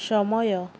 ସମୟ